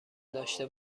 داشته